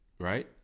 Right